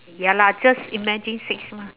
ya lah just imagine six months